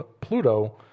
Pluto